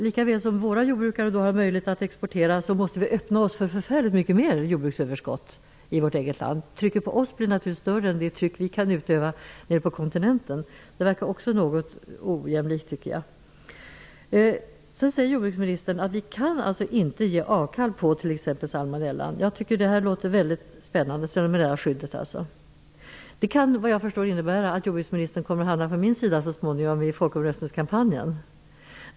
Lika väl som våra jordbrukare får möjlighet att exportera, så måste vi öppna oss och få ett mycket större överskott av jordbruksprodukter. Trycket på oss blir naturligtvis mycket större än det tryck som vi kan utöva på länderna på kontinenten. Jordbruksministern säger också att vi inte kan ge avkall på t.ex. skyddet mot salmonella. Jag tycker att det låter mycket spännande. Såvitt jag förstår kan det innebära att jordbruksministern så småningom kan hamna på min sida i folkomröstningskampanjen.